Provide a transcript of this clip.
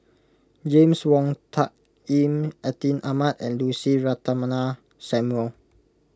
James Wong Tuck Yim Atin Amat and Lucy Ratnammah Samuel